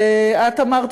ואת אמרת,